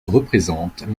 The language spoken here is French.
représentent